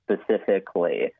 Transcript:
specifically